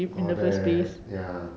correct ya